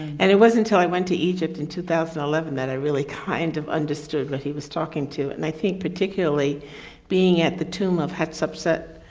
and it wasn't until i went to egypt in two thousand and eleven, that i really kind of understood what he was talking to and i think particularly being at the tomb of head subset,